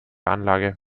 anlage